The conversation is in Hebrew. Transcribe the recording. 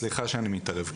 סליחה שאני מתערב,